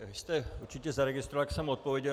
Vy jste určitě zaregistroval, jak jsem odpověděl.